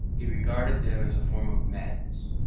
he regarded them as a form of madness.